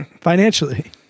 financially